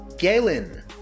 Galen